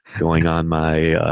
going on my, ah,